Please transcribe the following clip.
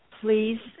please